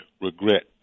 regret